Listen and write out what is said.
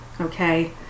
okay